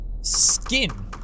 skin